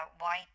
white